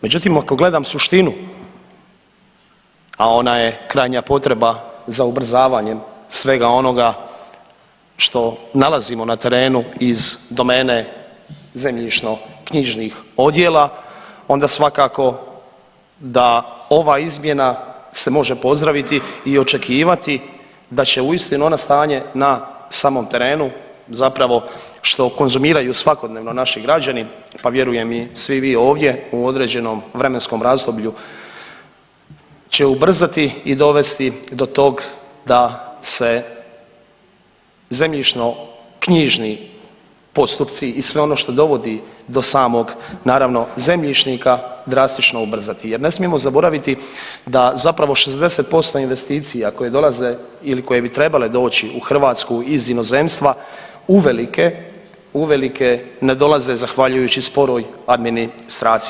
Međutim, ako gledam suštinu a ona je krajnja potreba za ubrzavanjem svega onoga što nalazimo na terenu iz domene zemljišno knjižnih odjela onda svakako da ova izmjena se može pozdraviti i očekivati da će uistinu ono stanje na samom terenu zapravo što konzumiraju svakodnevno naši građani, pa vjerujem i svi ovdje u određenom vremenskom razdoblju će ubrzati i dovesti do toga da se zemljišno-knjižni postupci i sve ono što dovodi do samog naravno zemljišnika drastično ubrzati jer ne smijemo zaboraviti da zapravo 60% investicija koje dolaze ili koje bi trebale doći u Hrvatsku iz inozemstva uvelike, uvelike ne dolaze zahvaljujući sporoj administraciji.